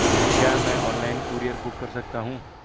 क्या मैं online courier book कर सकता हूँ?